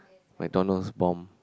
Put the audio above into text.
McDonald's bomb